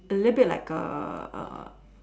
A little bit like a A A